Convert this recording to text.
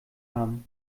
haben